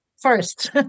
first